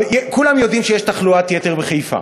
כולם יודעים שיש תחלואת יתר בחיפה,